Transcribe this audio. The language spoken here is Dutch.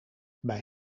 bij